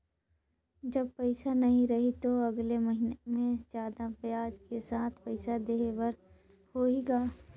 जब पइसा नहीं रही तो अगले महीना मे जादा ब्याज के साथ पइसा देहे बर होहि का?